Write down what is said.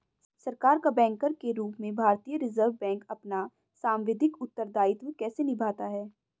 सरकार का बैंकर के रूप में भारतीय रिज़र्व बैंक अपना सांविधिक उत्तरदायित्व कैसे निभाता है?